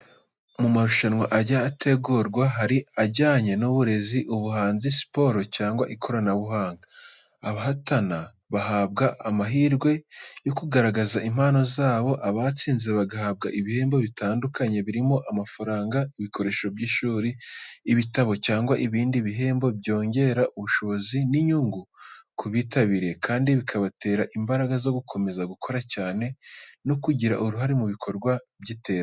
Mu marushwanwa ajya ategurwa hari aba ajyanye n'uburezi, ubuhanzi, siporo cyangwa ikoranabuhanga. Abahatana bahabwa amahirwe yo kugaragaza impano zabo, abatsinze bagahabwa ibihembo bitandukanye, birimo amafaranga, ibikoresho by'ishuri, ibitabo, cyangwa ibindi bihembo byongera ubushobozi n'inyungu ku bitabiriye, kandi bikabatera imbaraga zo gukomeza gukora cyane no kugira uruhare mu bikorwa by'iterambere.